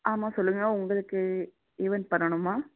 ஆமாம் சொல்லுங்கள் உங்களுக்கு ஈவென்ட் பண்ணணுமா